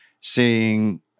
seeing